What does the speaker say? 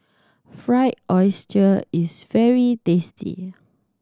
Fried Oyster is very tasty